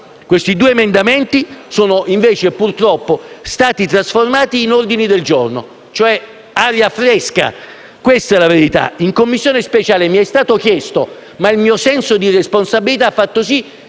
I due emendamenti sono stati invece, purtroppo, trasformati in ordini del giorno, cioè aria fresca. Questa è la verità. In Commissione speciale mi è stato chiesto - il mio senso di responsabilità ha fatto sì